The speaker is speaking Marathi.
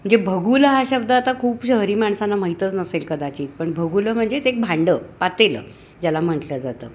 म्हणजे भगुलं हा शब्द आता खूप शहरी माणसांना माहीतच नसेल कदाचित पण भगुलं म्हणजेच एक भांडं पातेलं ज्याला म्हटलं जातं